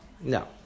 No